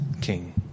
king